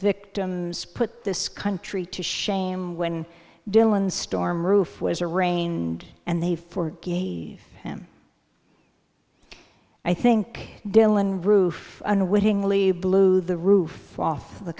victims put this country to shame when dylan storm roof was arraigned and they for him i think dylan roof unwittingly blew the roof off of the